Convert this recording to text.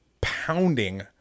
pounding